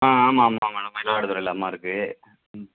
ஆ ஆமாம் ஆமாம் மேடம் மயிலாடுதுறையில அம்மா இருக்கு